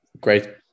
great